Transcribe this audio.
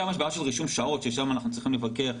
שם ישנה בעיה של רישום שעות ששם אנחנו צריכים לבקר.